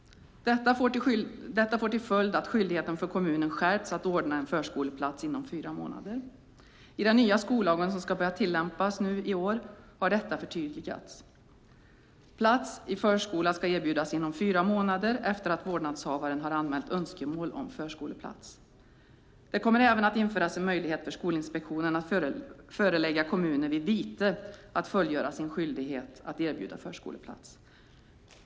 Detta får till följd att skyldigheten för kommunen att ordna en förskoleplats inom fyra månader skärpts. I den nya skollagen, som ska börja tillämpas nu i år, har detta förtydligats. Plats i förskola ska erbjudas inom fyra månader efter att vårdnadshavaren har anmält önskemål om förskoleplats. Det kommer även att införas en möjlighet för Skolinspektionen att vid vite förelägga kommuner att fullgöra sin skyldighet att erbjuda förskoleplats.